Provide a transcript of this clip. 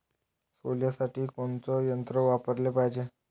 सोल्यासाठी कोनचं यंत्र वापराले पायजे?